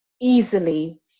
easily